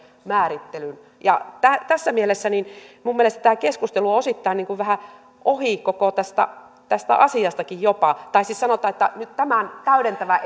määrittelyyn tässä mielessä minun mielestäni tämä keskustelu on osittain vähän ohi koko tästä tästä asiastakin jopa tai siis sanotaan nyt tämän täydentävän